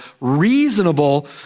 reasonable